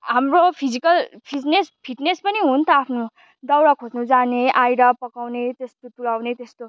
हाम्रो physical fitness fitness पनि हो नि त आफ्नो दाउरा खोज्नु जाने आएर पकाउने त्यस्तो पुराउने त्यस्तो